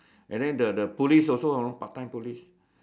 and then the the police also know part time police